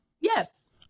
Yes